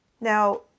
Now